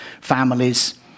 families